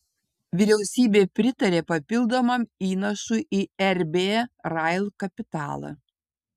vyriausybė pritarė papildomam įnašui į rb rail kapitalą